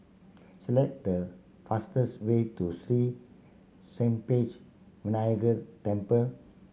select the fastest way to Sri Senpaga Vinayagar Temple